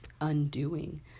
undoing